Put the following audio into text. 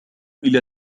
إلى